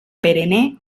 perenne